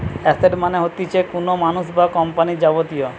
asset মানে হতিছে কোনো মানুষ বা কোম্পানির যাবতীয়